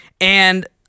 and-